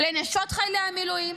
לנשות חיילי המילואים,